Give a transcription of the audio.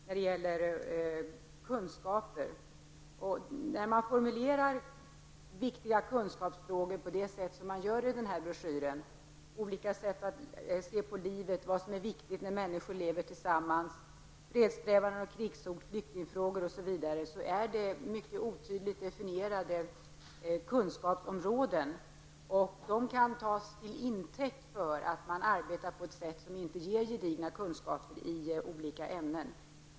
När det gäller frågan om vad som är viktiga kunskaper används i broschyren sådana formuleringar som: olika sätt att se på livet, vad som är viktigt när människor lever tillsammans, fredssträvanden och krigshot, flyktingfrågor osv. Detta är mycket otydligt definierade kunskapsområden, och de kan tas till intäkt för att arbeta på ett sådant sätt som inte ger gedigna kunskaper i olika ämnen.